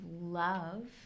love